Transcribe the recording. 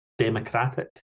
democratic